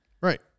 right